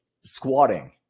squatting